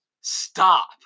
stop